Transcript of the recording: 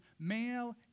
male